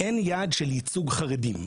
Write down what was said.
אין יעד של ייצוג חרדים.